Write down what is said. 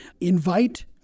invite